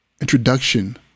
introduction